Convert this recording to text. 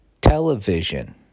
Television